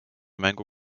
mängu